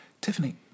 Tiffany